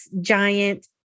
Giant